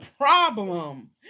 problem